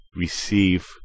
receive